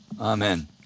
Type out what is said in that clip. Amen